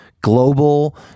Global